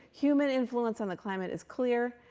human influence on the climate is clear.